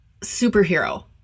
superhero